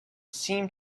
seemed